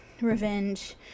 revenge